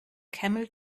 camel